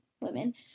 women